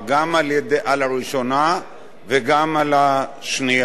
גם על הראשונה וגם על השנייה.